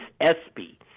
Espy